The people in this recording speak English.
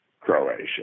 Croatia